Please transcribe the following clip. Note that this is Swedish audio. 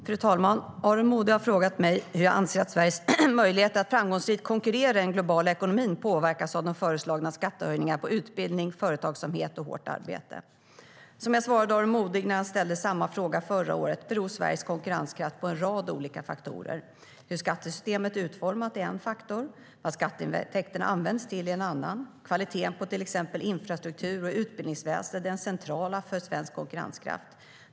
Fru talman! Aron Modig har frågat mig hur jag anser att Sveriges möjligheter att framgångsrikt konkurrera i den globala ekonomin påverkas av de föreslagna skattehöjningarna på utbildning, företagsamhet och hårt arbete. Som jag svarade Aron Modig när han ställde samma fråga förra året beror Sveriges konkurrenskraft på en rad olika faktorer. Hur skattesystemet är utformat är en faktor. Vad skatteintäkterna används till är en annan. Kvaliteten på till exempel infrastruktur och utbildningsväsen är centrala för svensk konkurrenskraft.